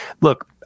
Look